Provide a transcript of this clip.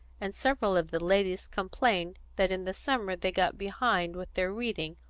and several of the ladies complained that in the summer they got behind with their reading,